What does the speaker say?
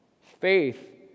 Faith